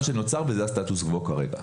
וזה הסטטוס קוו כרגע.